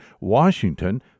Washington